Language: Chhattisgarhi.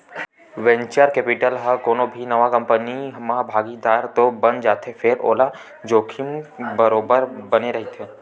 वेंचर केपिटल ह कोनो भी नवा कंपनी म भागीदार तो बन जाथे फेर ओला जोखिम बरोबर बने रहिथे